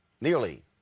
Nearly